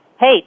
Hey